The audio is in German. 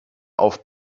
auf